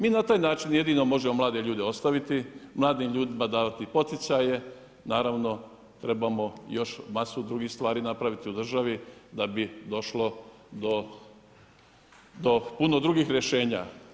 Mi na taj način jedino možemo mlade ljude ostaviti, mladim ljudima davati poticaje naravno trebamo još masu drugih stvari napraviti u državi da bi došlo do puno drugih rješenja.